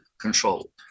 control